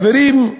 חברים,